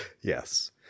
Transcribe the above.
Yes